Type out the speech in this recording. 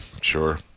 sure